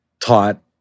taught